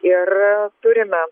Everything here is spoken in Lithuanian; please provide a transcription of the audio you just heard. ir turime